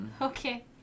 Okay